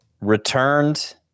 Returned